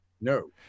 No